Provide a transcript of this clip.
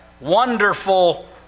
wonderful